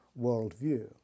worldview